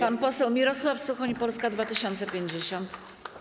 Pan poseł Mirosław Suchoń, Polska 2050.